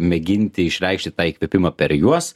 mėginti išreikšti tą įkvėpimą per juos